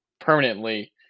permanently